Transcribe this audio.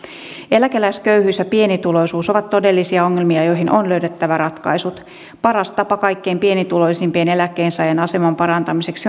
eläkeläisköyhyys ja pienituloisuus ovat todellisia ongelmia joihin on löydettävä ratkaisut paras tapa kaikkein pienituloisimpien eläkkeensaajien aseman parantamiseksi